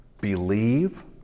Believe